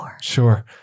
Sure